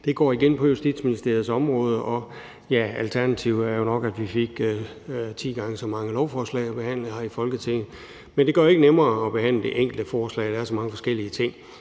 det går igen på Justitsministeriets område, og ja, alternativet var nok, at vi fik ti gange så mange lovforslag at behandle her i Folketinget, men det gør det ikke nemmere at behandle det enkelte lovforslag – der er så mange forskellige ting.